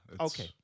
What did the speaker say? Okay